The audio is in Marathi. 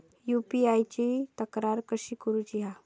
यू.पी.आय ची तक्रार कशी करुची हा?